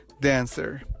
dancer